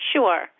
Sure